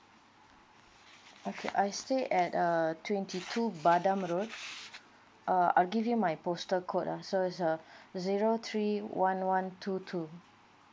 okay I stay at err twenty two badam road uh I'll give you my postal code ah so is uh zero three one one two two